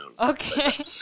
Okay